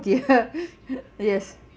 y yes